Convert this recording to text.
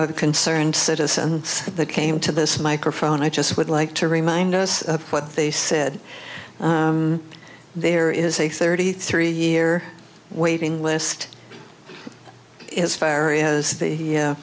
of concerned citizens that came to this microphone i just would like to remind us of what they said there is a thirty three year waiting list is firing as the